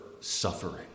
suffering